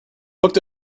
booked